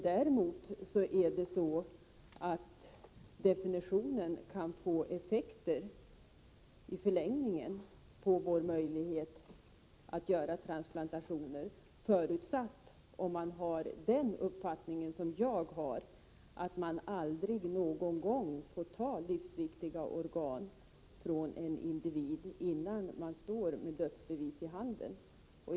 Däremot kan definitionen i förlängningen få effekter på vår möjlighet att göra transplantationer, förutsatt att man har den uppfattning som jag har — att man aldrig får ta livsviktiga organ från en individ innan man står med dödsbevis i handen.